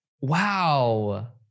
wow